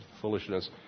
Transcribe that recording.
foolishness